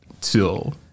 till